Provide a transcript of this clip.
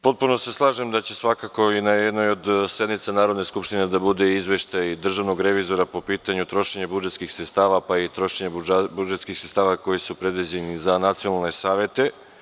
Potpuno se slažem da će svakako i na jednoj od sednica Narodne skupštine da bude izveštaj državnog revizora po pitanju trošenja budžetskih sredstava, pa i trošenja budžetskih sredstava koja su predviđena za nacionalne savete.